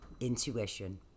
Intuition